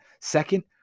Second